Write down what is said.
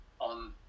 on